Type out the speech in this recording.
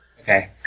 Okay